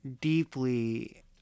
deeply